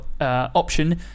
option